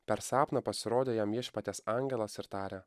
per sapną pasirodė jam viešpaties angelas ir tarė